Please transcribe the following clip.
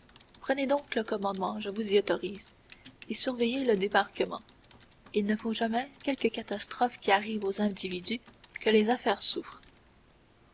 prenez donc le commandement je vous y autorise et surveillez le débarquement il ne faut jamais quelque catastrophe qui arrive aux individus que les affaires souffrent